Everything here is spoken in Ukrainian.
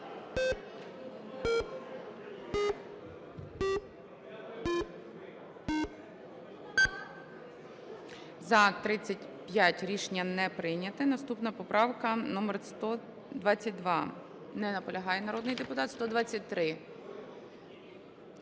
За-35 Рішення не прийнято. Наступна поправка номер 122. Не наполягає народний депутат. 123.